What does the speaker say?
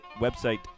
website